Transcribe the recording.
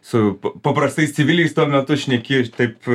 su paprastais civiliais tuo metu šneki taip